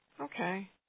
Okay